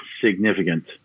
significant